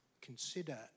consider